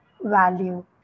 value